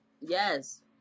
Yes